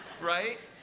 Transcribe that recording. right